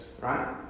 Right